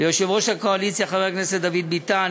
ליושב-ראש הקואליציה חבר הכנסת דוד ביטן,